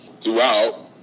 throughout